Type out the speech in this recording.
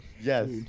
Yes